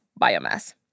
biomass